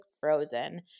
frozen